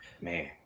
Man